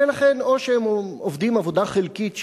ולכן, או שהם עובדים עבודה חלקית,